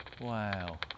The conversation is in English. Wow